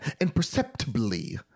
Imperceptibly